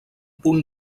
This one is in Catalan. punt